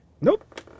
nope